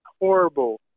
horrible